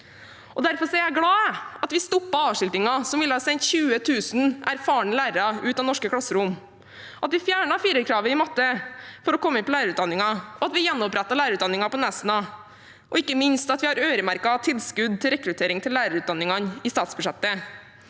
Derfor er jeg glad for at vi stoppet avskiltingen som ville ha sendt 20 000 erfarne lærere ut av norske klasserom, at vi fjernet firerkravet i matte for å komme inn på lærerutdanningen, at vi gjenopprettet lærerutdanningen på Nesna, og ikke minst at vi har øremerkede tilskudd til rekruttering til lærerutdanningene i statsbudsjettet.